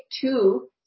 two